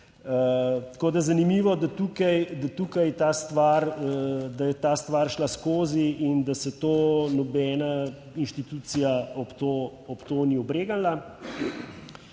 Tako da zanimivo, da je ta stvar šla skozi in da se to nobena inštitucija ob to ni obregnila.